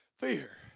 Fear